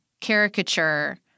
caricature